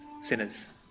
sinners